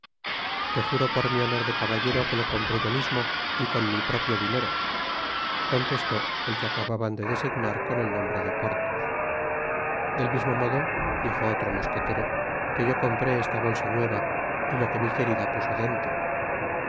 te juro por mi honor de caballero que lo compré yo mismo y con mi propio dinero contestó el que acababan de designar con el nombre de porthos del misino modo dijo otro mosqnetero que yo compré esta bolsa nuevay lo que mi querida puso dentro